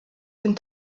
den